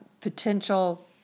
potential